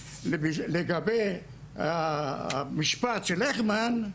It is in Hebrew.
לגבי המשפט של הכמן,